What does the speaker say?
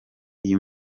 iyi